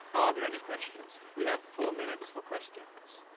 are there any questions? we have four minutes for questions.